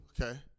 okay